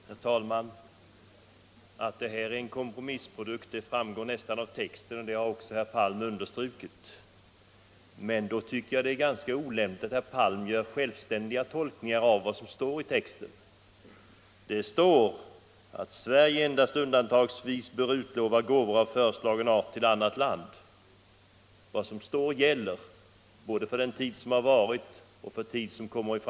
Herr talman! Att utskottets skrivning är en kompromissprodukt framgår nästan av texten. Det har också herr Palm understrukit. Men då tycker jag att det är ganska olämpligt att herr Palm gör självständiga tolkningar av texten. Det står i betänkandet att Sverige endast undantagsvis bör utlova gåvor av föreslagen art till ett annat land. Vad som står gäller både för den tid som har varit och för tid som kommer.